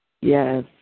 Yes